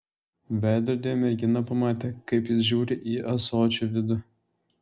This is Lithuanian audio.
veidrodyje mergina pamatė kaip jis žiūri į ąsočio vidų